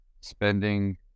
spending